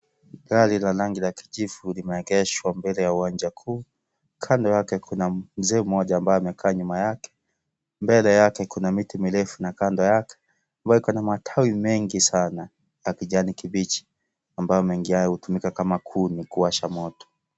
Gari la rangi ya kijivu limeegheshwa mbele ya uwanja kuu, kando yake kuna mzee mmoja ambaye amekaa nyuma yake, mbele yake kuna miti mirefu na kando yake ambayo iko na matawi mengi sana ya kijani kibichi ambayo mengi yao hutumika kama kuni kuwasha moto.